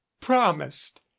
promised